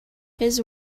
his